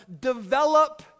develop